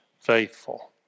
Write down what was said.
faithful